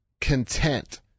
content